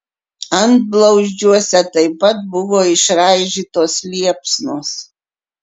antblauzdžiuose taip pat buvo išraižytos liepsnos